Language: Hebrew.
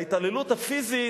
ההתעללות הפיזית,